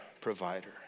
provider